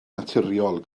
naturiol